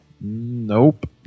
Nope